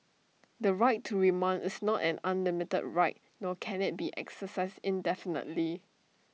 the right to remand is not an unlimited right nor can IT be exercised indefinitely